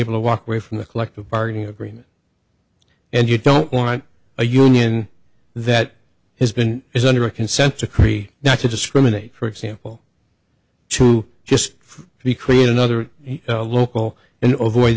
able to walk away from the collective bargaining agreement and you don't want a union that has been is under a consent decree not to discriminate for example to just recreate another local and